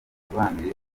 bisobanuye